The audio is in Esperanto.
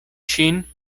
ŝin